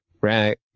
right